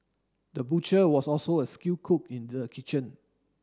the butcher was also a skilled cook in the kitchen